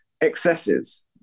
excesses